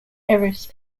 ellis